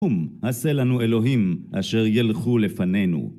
קום, עשה לנו אלוהים אשר ילכו לפנינו.